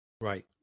Right